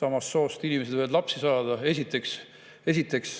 samast soost inimesed võivad lapsi saada? See peaks